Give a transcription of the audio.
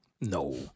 no